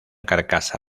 carcasa